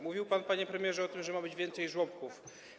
Mówił pan, panie premierze, że ma być więcej żłobków.